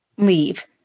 Leave